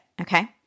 okay